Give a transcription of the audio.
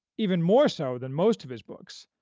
even more so than most of his books,